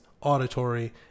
auditory